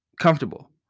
comfortable